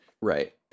Right